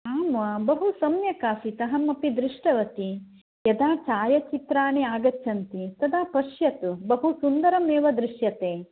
आम् वा बहु सम्यक् आसीत् अहमपि दृष्टवती यदा छायाचित्राणि आगच्छन्ति तदा पश्यतु बहु सुन्दरमेव दृश्यते